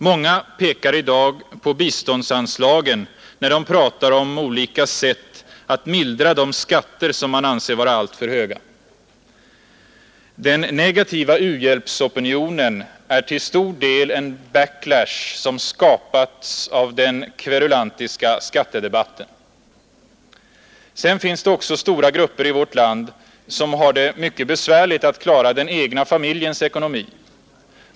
Många pekar i dag på biståndsanslagen när de pratar om olika sätt att mildra de skatter som man anser vara alltför höga. Den negativa u-hjälpsopinionen är till stor del en back-lash som skapats av den kverulantiska skattedebatten. Det finns också stora grupper i vårt land som har det mycket besvärligt att klara den egna familjens ekonomi.